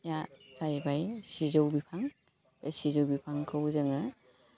या जाहैबाय सिजौ बिफां बे सिजौ बिफांखौ जोङो